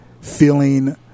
feeling